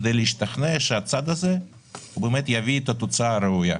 כדי להשתכנע שהצעד הזה באמת יביא את התוצאה הראויה.